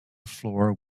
floor